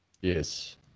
Yes